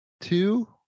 Two